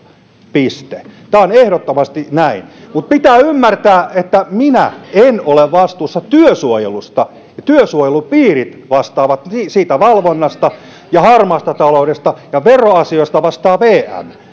piste tämä on ehdottomasti näin mutta pitää ymmärtää että minä en ole vastuussa työsuojelusta työsuojelupiirit vastaavat siitä valvonnasta ja harmaasta taloudesta ja veroasioista vastaa vm